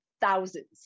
thousands